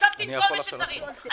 עם כל מי שצריך.